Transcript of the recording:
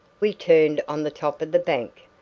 we turned on the top of the bank.